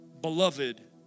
beloved